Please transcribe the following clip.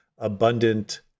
abundant